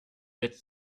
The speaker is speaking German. setzt